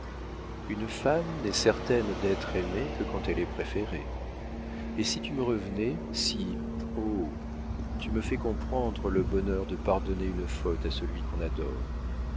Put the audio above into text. une femme n'est certaine d'être aimée que quand elle est préférée et si tu me revenais si oh tu me fais comprendre le bonheur de pardonner une faute à celui qu'on adore